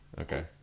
Okay